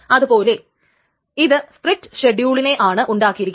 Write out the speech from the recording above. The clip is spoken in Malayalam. അതുപോലെ ഇത് സ്ട്രീക്ട് ഷെഡ്യൂളിനെയാണ് ഉണ്ടാക്കിയിരിക്കുന്നത്